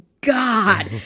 God